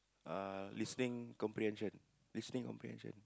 ah listening comprehension listening comprehension